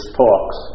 talks